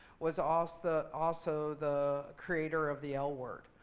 was also the also the creator of the l word.